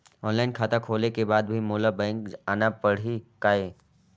Online खाता खोले के बाद भी मोला बैंक आना पड़ही काय?